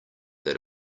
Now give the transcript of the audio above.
that